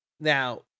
Now